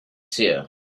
seer